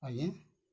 ଆଜ୍ଞା